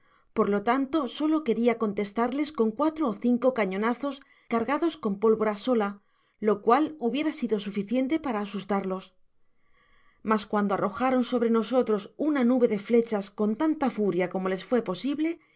per lo tanto solo queria contestarles con cuatro ó cinco cañonazos cargados con pólvora sola lo cual hubiera sido suficiente para asustarlos mas cuando arrojaron sobre nosotros una nube de flechas con tanta furia como les fué posible